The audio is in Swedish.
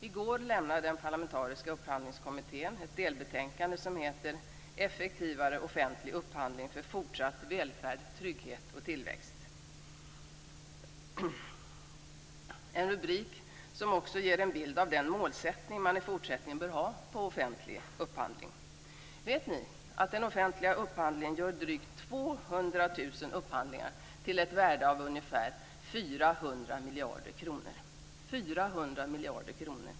I går lämnade den parlamentariska upphandlingskommittén ett delbetänkande som heter Effektivare offentlig upphandling för fortsatt välfärd, trygghet och tillväxt - en rubrik som ger en bild av den målsättning som man i fortsättningen bör ha för offentlig upphandling. Vet ni att den offentliga sektorn gör drygt 200 000 upphandlingar till ett värde av ca 400 miljarder kronor?